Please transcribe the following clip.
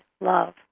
love